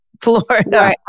Florida